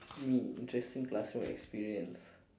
me interesting classroom experience